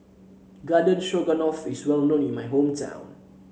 Garden Stroganoff is well known in my hometown